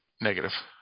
negative